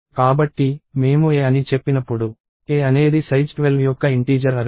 కాబట్టి మేము a అని చెప్పినప్పుడు a అనేది సైజ్ 12 యొక్క ఇంటీజర్ అర్రే